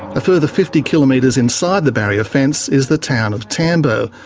a further fifty kilometres inside the barrier fence is the town of tambo,